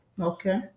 Okay